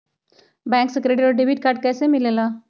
Bank से credit और debit card कैसी मिलेला?